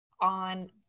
on